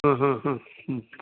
हा हा हा